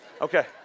Okay